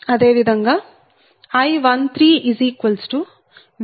4169 0